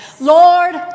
Lord